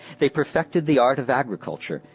they perfected the art of agriculture,